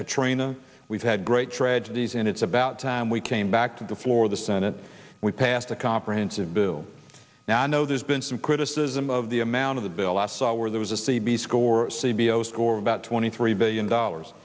katrina we've had great tragedies and it's about time we came back to the floor of the senate we passed a comprehensive bill now i know there's been some criticism of the amount of the bill last saw where there was a c b score c b o's or about twenty three billion dollars